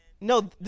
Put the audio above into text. No